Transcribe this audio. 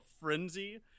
frenzy